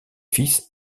fils